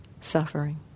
suffering